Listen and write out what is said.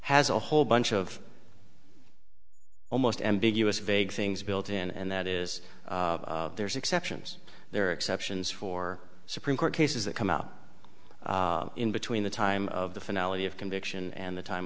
has a whole bunch of almost ambiguous vague things built in and that is there's exceptions there are exceptions for supreme court cases that come out in between the time of the finale of conviction and the time